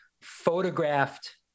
photographed